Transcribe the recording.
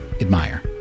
Admire